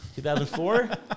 2004